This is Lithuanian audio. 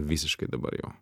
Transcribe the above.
visiškai dabar jau